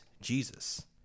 Jesus